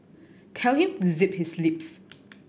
tell him to zip his lips